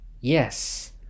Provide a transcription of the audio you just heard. Yes